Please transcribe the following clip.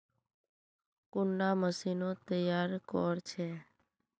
कुंडा मशीनोत तैयार कोर छै?